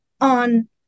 on